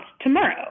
tomorrow